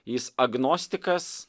jis agnostikas